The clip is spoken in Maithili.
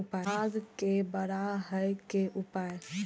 साग के बड़ा है के उपाय?